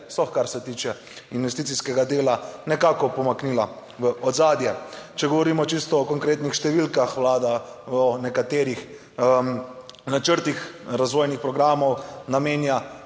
sploh kar se tiče investicijskega dela nekako pomaknila v ozadje, če govorimo čisto o konkretnih številkah, Vlada o nekaterih načrt ih razvojnih programov namenja